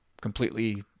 completely